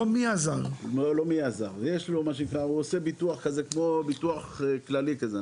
הוא עושה ביטוח כללי כזה.